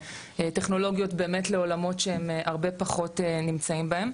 טכנולוגיות באמת לעולמות שהם הרבה פחות נמצאים בהם.